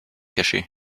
caché